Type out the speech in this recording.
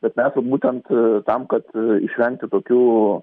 bet mes va būtent tam kad išvengti tokių